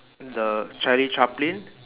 the charlie chaplin